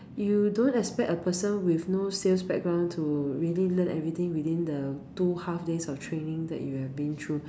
you don't expect a person with no sales background to really learn everything within the two half days of training that you have been through